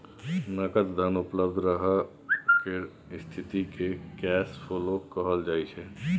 नगद धन उपलब्ध रहय केर स्थिति केँ कैश फ्लो कहल जाइ छै